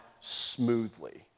smoothly